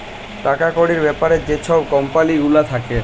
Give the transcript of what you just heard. টাকা কড়ির ব্যাপারে যে ছব কম্পালি গুলা থ্যাকে